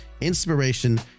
inspiration